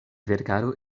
verkaro